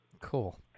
Cool